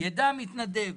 יידע המתנדב